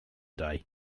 day